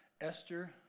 Esther